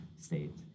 state